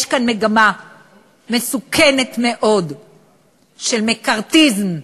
יש כאן מגמה מסוכנת מאוד של מקארתיזם,